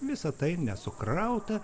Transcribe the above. visa tai nesukrauta